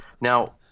Now